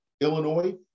Illinois